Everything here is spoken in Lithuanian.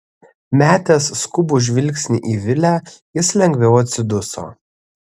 metęs skubų žvilgsnį į vilę jis lengviau atsiduso